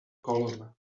column